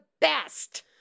best